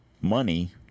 money